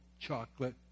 chocolate